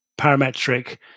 parametric